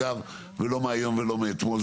זה לא מהיום ואל מאתמול.